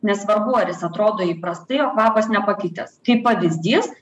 nesvarbu ar jis atrodo įprastai o kvapas nepakitęs kaip pavyzdys